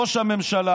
ראש הממשלה